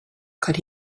could